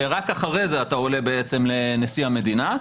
ורק אחרי זה אתה עולה בעצם לנשיא המדינה.